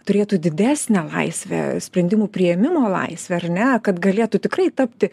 turėtų didesnę laisvę sprendimų priėmimo laisvę ar ne kad galėtų tikrai tapti